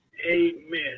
Amen